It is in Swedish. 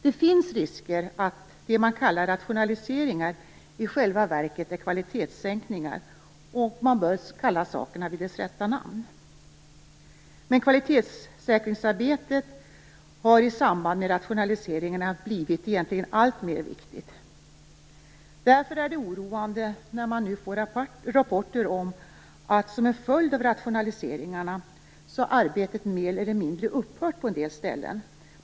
Det finns en risk för att det man kallar rationaliseringar i själva verket är kvalitetssänkningar, och man bör kalla saker vid deras rätta namn. Kvalitetssäkringsarbetet har i samband med rationaliseringarna blivit alltmer viktigt. Därför är det oroande att vi nu får rapporter om att arbetet på en del ställen mer eller mindre har upphört som en följd av rationaliseringarna.